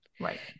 right